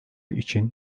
için